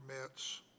permits